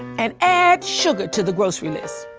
and add sugar to the grocery list.